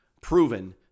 proven